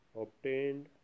obtained